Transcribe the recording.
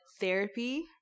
therapy